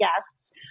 guests